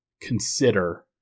consider